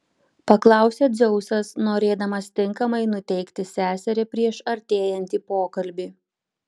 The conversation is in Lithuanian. paklausė dzeusas norėdamas tinkamai nuteikti seserį prieš artėjantį pokalbį